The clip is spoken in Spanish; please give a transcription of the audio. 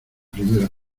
primera